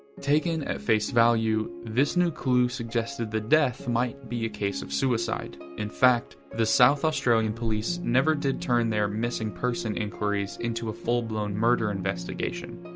taken at face value, this new clue suggested that the death might be a case of suicide in fact, the south australian police never did turn their missing person enquiries into a full-blown murder investigation.